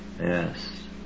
yes